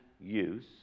use